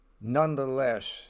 Nonetheless